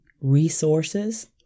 resources